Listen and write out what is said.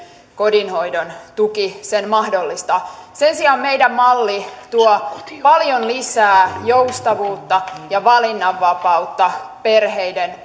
kotihoidon tuki sen mahdollistaa sen sijaan meidän mallimme tuo paljon lisää joustavuutta ja valinnanvapautta perheiden